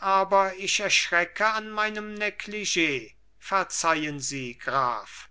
aber ich erschrecke an meinem neglig verzeihen sie graf